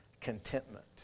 contentment